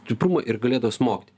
stiprumą ir galėdavo smogti